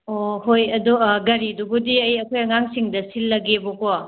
ꯑꯣ ꯍꯣꯏ ꯑꯗꯣ ꯒꯥꯔꯤꯗꯨꯕꯨꯗꯤ ꯑꯩ ꯑꯩꯈꯣꯏ ꯑꯉꯥꯡꯁꯤꯡꯗ ꯁꯤꯜꯂꯒꯦꯕꯀꯣ